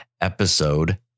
episode